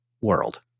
world